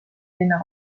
linna